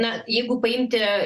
na jeigu paimti